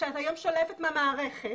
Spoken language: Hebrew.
כשאת משלבת מהמערכת